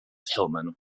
hillman